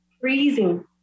freezing